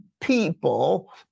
people